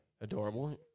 Adorable